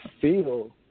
feel